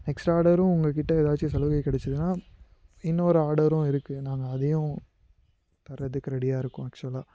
next ஆர்டரும் உங்கள் கிட்டே ஏதாச்சும் சலுகை கிடைச்சுதுன்னா இன்னொரு ஆர்டரும் இருக்குது நாங்கள் அதையும் தர்றதுக்கு ரெடியாக இருக்கோம் ஆக்ச்சுவலாக